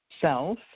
self